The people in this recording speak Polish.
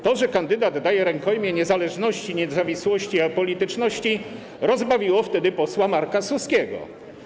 To, że kandydat daje rękojmię niezależności, niezawisłości, apolityczności rozbawiło wtedy posła Marka Suskiego.